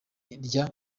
rya